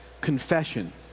confession